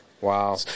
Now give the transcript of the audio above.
Wow